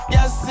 Yes